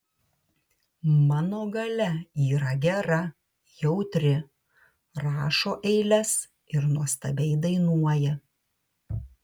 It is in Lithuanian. mano galia yra gera jautri rašo eiles ir nuostabiai dainuoja